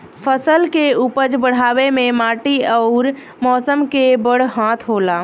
फसल के उपज बढ़ावे मे माटी अउर मौसम के बड़ हाथ होला